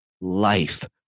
life